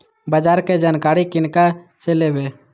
बाजार कै जानकारी किनका से लेवे?